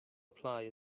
apply